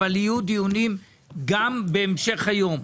אבל יהיו דיונים גם בהמשך היום.